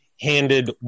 handed